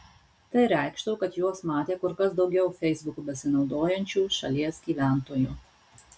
tai reikštų kad juos matė kur kas daugiau feisbuku besinaudojančių šalies gyventojų